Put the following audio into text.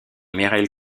mikhaïl